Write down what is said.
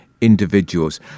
individuals